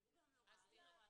--- עדיף,